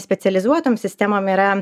specializuotom sistemom yra